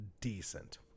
decent